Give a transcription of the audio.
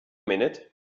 minute